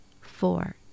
four